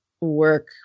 Work